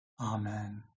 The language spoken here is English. Amen